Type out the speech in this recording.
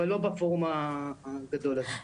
אבל לא בפורום הגדול הזה.